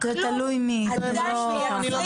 זה תלוי מי, זה לא ככה.